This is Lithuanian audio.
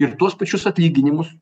ir tuos pačius atlyginimus